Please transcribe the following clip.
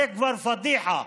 זה כבר פדיחה.